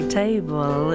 table